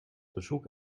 bezoek